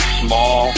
small